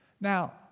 Now